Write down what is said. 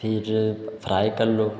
फिर फ्राय कर लो